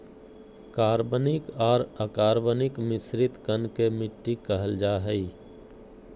कार्बनिक आर अकार्बनिक मिश्रित कण के मिट्टी कहल जा हई